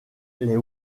les